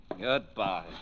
Goodbye